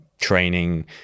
training